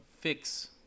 fix